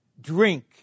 drink